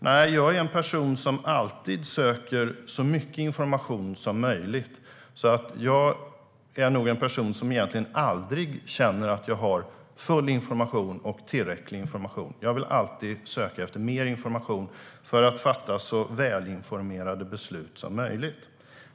Nej, jag är en person som alltid söker så mycket information som möjligt, så jag känner nog egentligen aldrig att jag har fullt tillräcklig information. Jag vill alltid söka efter mer information så att jag kan fatta så välinformerade beslut som möjligt.